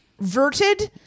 verted